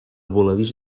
voladís